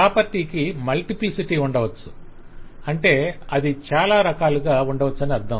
property కి multiplicity ఉండవచ్చు అంటే అది చాలా రకాలుగా ఉండవచ్చని అర్ధం